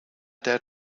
dad